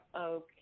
okay